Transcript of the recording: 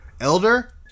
Elder